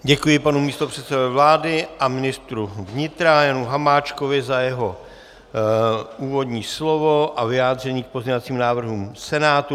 Děkuji panu místopředsedovi vlády a ministru vnitra Janu Hamáčkovi za jeho úvodní slovo a vyjádření k pozměňovacím návrhům Senátu.